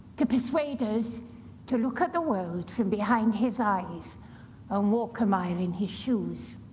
to persuade us to look at the world from behind his eyes, and walk a mile in his shoes.